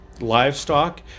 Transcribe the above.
livestock